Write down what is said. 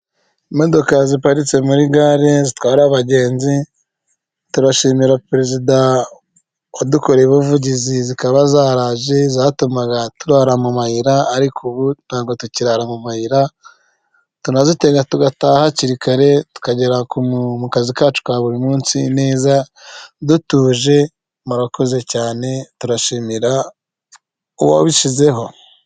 Imodoka ziparitse muri gare zitwara abagenzi, turashimira perezida wadukoreye ubuvugizi zikaba zaraje zatumaga turara mu mayira ariko ubu ntabwo tukirara mu mayira, turazitega tugataha hakiri kare tukagera mu kazi kacu ka buri munsi neza dutuje, murakoze cyane turashimira uwabishyizeho.